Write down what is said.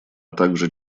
также